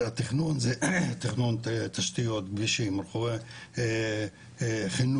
התכנון זה תכנון תשתיות, כבישים, חינוך.